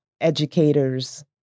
educators